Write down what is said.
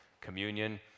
communion